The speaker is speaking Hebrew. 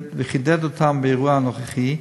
וחידד אותן באירוע הנוכחי,